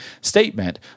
statement